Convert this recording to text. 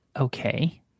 okay